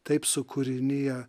taip su kūrinija